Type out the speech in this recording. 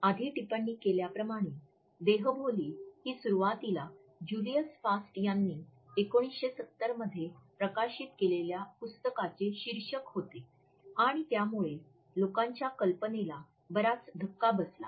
आधी टिप्पणी केल्याप्रमाणे 'देहबोली' ही सुरुवातीला ज्युलियस फास्ट यांनी १९७० मध्ये प्रकाशित केलेल्या पुस्तकाचे शीर्षक होते आणि त्यामुळे लोकांच्या कल्पनेला फारच धक्का बसला